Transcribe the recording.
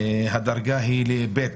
דרגת הקנס היא ב'.